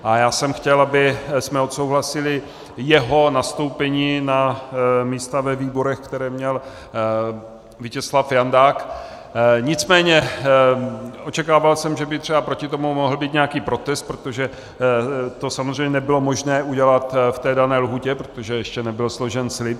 A já jsem chtěl, abychom odsouhlasili jeho nastoupení na místa ve výborech, které měl Vítězslav Jandák, nicméně očekával jsem, že by třeba proti tomu mohl být nějaký protest, protože to samozřejmě nebylo možné udělat v té dané lhůtě, protože ještě nebyl složen slib.